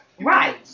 Right